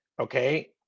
okay